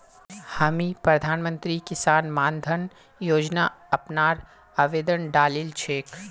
हामी प्रधानमंत्री किसान मान धन योजना अपनार आवेदन डालील छेक